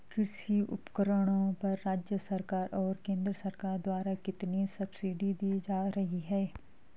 कृषि उपकरणों पर राज्य सरकार और केंद्र सरकार द्वारा कितनी कितनी सब्सिडी दी जा रही है?